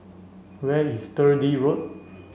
where is Sturdee Road